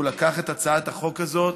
הוא לקח את הצעת החוק הזאת,